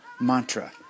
mantra